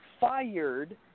fired